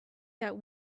that